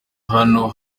hano